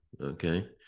okay